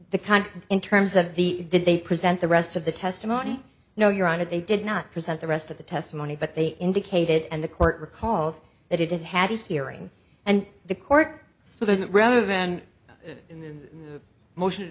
kind in terms of the did they present the rest of the testimony no your honor they did not present the rest of the testimony but they indicated and the court recalled that it had his hearing and the court so that rather than in the motion to